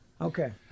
Okay